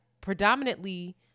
predominantly